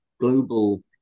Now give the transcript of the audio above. global